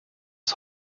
ist